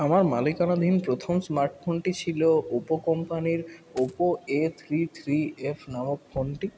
আমার মালিকানাধীন প্রথম স্মার্টফোনটি ছিল ওপো কোম্পানির Oppo A three three F নামক ফোনটি